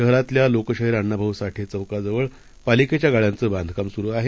शहरातल्या लोकशाहीर अण्णाभाऊ साठे चौक जवळ पालिकेच्या गाळ्यांचं बांधकाम सुरू आहे